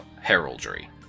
heraldry